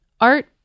Art